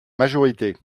majorité